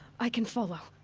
i can follow.